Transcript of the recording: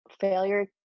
failure